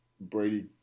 Brady